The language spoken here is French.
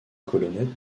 colonnettes